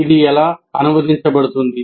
ఇది ఎలా అనువదించబడుతుంది